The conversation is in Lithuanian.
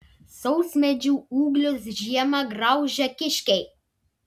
sausmedžių ūglius žiemą graužia kiškiai